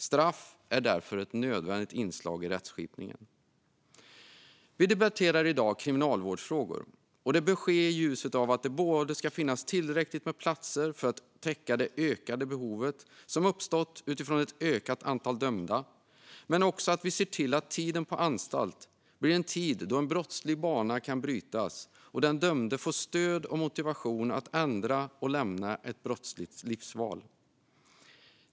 Straff är därför ett nödvändigt inslag i rättskipningen. Vi debatterar i dag kriminalvårdsfrågor. Det bör ske i ljuset av att det ska finnas tillräckligt med platser för att täcka det ökade behov som uppstått utifrån ett ökat antal dömda men också av att vi ska se till att tiden på anstalt blir en tid då en brottslig bana kan brytas och den dömde kan få stöd och motivation för att ändra och lämna ett brottsligt livsval.